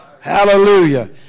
Hallelujah